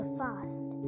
fast